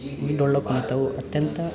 ಈ ಡೊಳ್ಳುಕುಣಿತವು ಅತ್ಯಂತ